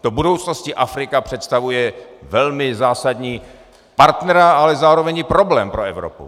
Do budoucnosti Afrika představuje velmi zásadního partnera, ale zároveň i problém pro Evropu.